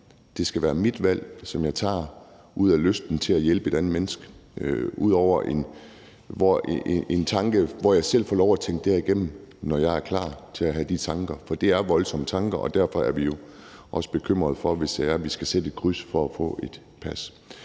det skal være mit valg, som jeg tager ud fra lysten til at hjælpe et andet menneske og ud fra en tanke, hvor jeg selv får lov at tænke det her igennem, når jeg er klar til at have de tanker. For det er voldsomme tanker, og derfor er vi jo også bekymrede, hvis det er sådan, at vi skal sætte et kryds for at få et pas.